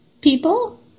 people